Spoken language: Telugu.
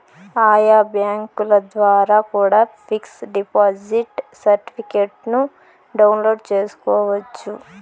ఆయా బ్యాంకుల ద్వారా కూడా పిక్స్ డిపాజిట్ సర్టిఫికెట్ను డౌన్లోడ్ చేసుకోవచ్చు